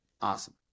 Awesome